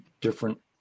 different